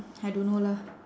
I don't know lah